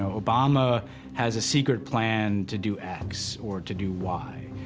obama has a secret plan to do x or to do y.